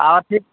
आ कि